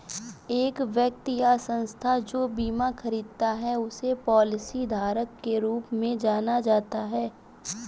एक व्यक्ति या संस्था जो बीमा खरीदता है उसे पॉलिसीधारक के रूप में जाना जाता है